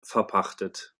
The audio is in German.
verpachtet